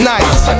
Nice